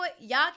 y'all